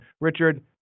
richard